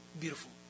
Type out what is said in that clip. beautiful